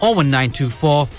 01924